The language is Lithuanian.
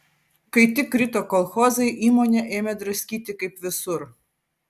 kai tik krito kolchozai įmonę ėmė draskyti kaip visur